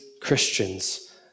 Christians